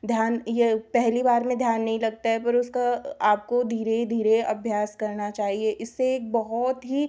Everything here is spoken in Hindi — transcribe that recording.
ध्यान या पहली बार में ध्यान नहीं लगता है पर उसका आपको धीरे धीरे अभ्यास करना चाहिए इससे एक बहुत ही